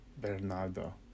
Bernardo